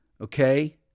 okay